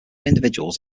individuals